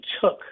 took